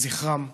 זכרם,